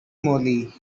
moly